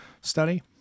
study